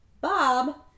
Bob